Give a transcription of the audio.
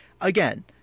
again